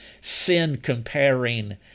sin-comparing